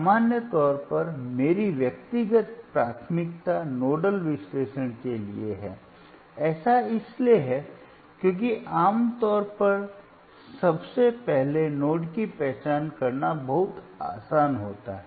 सामान्य तौर पर मेरी व्यक्तिगत प्राथमिकता नोडल विश्लेषण के लिए हैऐसा इसलिए है क्योंकि आम तौर पर सबसे पहले नोड्स की पहचान करना बहुत आसान होता है